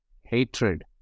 hatred